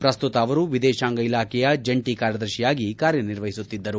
ಪ್ರಸ್ತುತ ಅವರು ವಿದೇಶಾಂಗ ಇಲಾಖೆಯ ಜಂಟಿ ಕಾರ್ಯದರ್ಶಿಯಾಗಿ ಕಾರ್ಯ ನಿರ್ವಹಿಸುತ್ತಿದ್ದರು